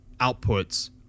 outputs